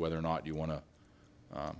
whether or not you want to